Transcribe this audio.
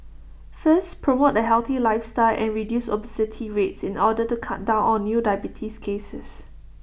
first promote A healthy lifestyle and reduce obesity rates in order to cut down on new diabetes cases